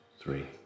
three